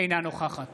אינה נוכחת